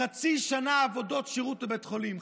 חצי שנה עבודות שירות בבית חולים.